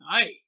Hey